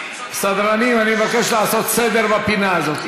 סדרנים, אני מבקש לעשות סדר בפינה הזאת.